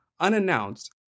Unannounced